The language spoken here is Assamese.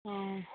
অঁ